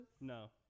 No